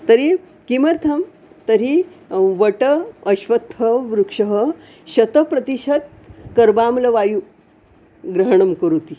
तर्हि किमर्थं तर्हि वटः अश्वत्थवृक्षः शतप्रतिशतं कर्बाम्लवायुग्रहणं करोति